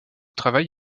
travail